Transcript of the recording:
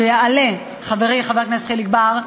שיעלה חברי חבר הכנסת חיליק בר,